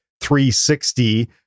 360